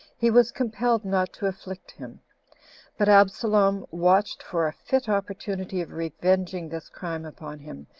he was compelled not to afflict him but absalom watched for a fit opportunity of revenging this crime upon him,